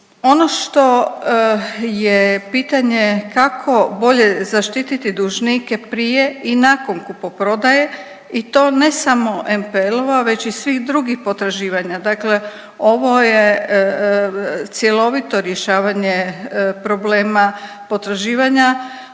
Ono što je pitanje kako bolje zaštititi dužnike prije i nakon kupoprodaje i to ne samo NPL-ova već i svih drugih potraživanja. Dakle, ovo je cjelovito rješavanje problema potraživanja